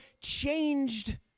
changed